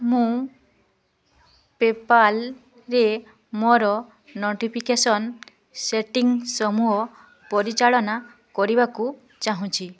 ମୁଁ ପେପାଲ୍ରେ ମୋର ନୋଟିଫିକେସନ୍ ସେଟିଂ ସମୂହ ପରିଚାଳନା କରିବାକୁ ଚାହୁଁଛି